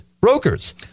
brokers